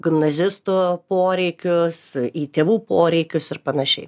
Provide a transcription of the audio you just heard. gimnazistų poreikius į tėvų poreikius ir panašiai